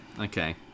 okay